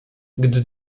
gdy